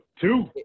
two